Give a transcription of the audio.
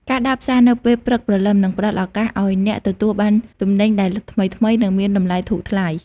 ការដើរផ្សារនៅពេលព្រឹកព្រលឹម នឹងផ្តល់ឱកាសឱ្យអ្នកទទួលបានទំនិញដែលថ្មីៗ និងមានតម្លៃធូរថ្លៃ។